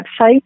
website